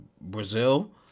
Brazil